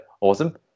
awesome